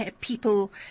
people